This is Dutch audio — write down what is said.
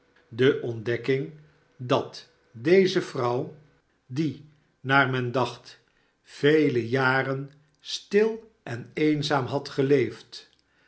de ontdekking dat deze vrouw die naar men dacht vele jaren stil en eenzaam had geleefd